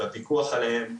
והפיקוח עליהם,